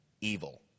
evil